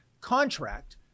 contract